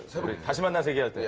happy and together!